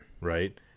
Right